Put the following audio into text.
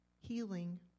healing